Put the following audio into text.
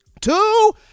two